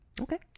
Okay